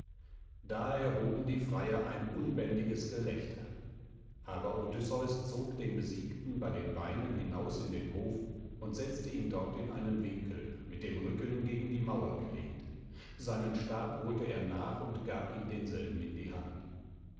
da erhoben die freier ein unbändiges gelächter aber odysseus zog den besiegten bei den beinen hinaus in den hof und setzte ihn dort in einen winkel mit dem rücken gegen die mauer gelehnt seinen stab holte er nach und gab ihm denselben in die hand